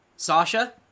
Sasha